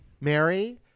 mary